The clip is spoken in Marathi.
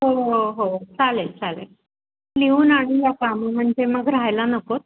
हो हो चालेल चालेल लिहून आणूया कामं म्हणजे मग राहायला नकोत